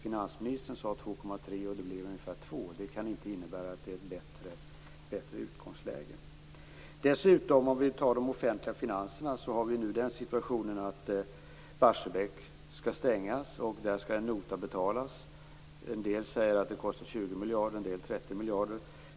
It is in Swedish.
Finansministern sade 2,3 %, och det blev ungefär 2 %. Det kan inte innebära att utgångsläget är bättre. Vad gäller de offentliga finanserna har vi nu dessutom den situationen att Barsebäck skall stängas. Där skall en nota betalas. En del säger att det kostar 20 miljarder, en del 30 miljarder.